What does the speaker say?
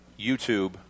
YouTube